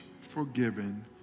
forgiven